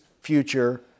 future